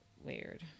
weird